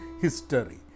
history